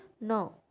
No